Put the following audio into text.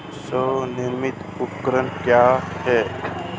स्वनिर्मित उपकरण क्या है?